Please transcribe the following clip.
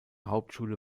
hauptschule